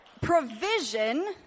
provision